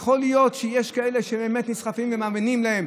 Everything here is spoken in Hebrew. יכול להיות שיש כאלה שבאמת נסחפים ומאמינים להם,